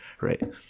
right